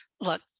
look